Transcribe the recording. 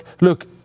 look